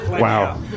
Wow